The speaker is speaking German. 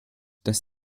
dass